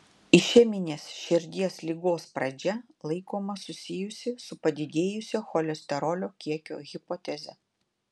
išeminės širdies ligos pradžia laikoma susijusi su padidėjusio cholesterolio kiekio hipoteze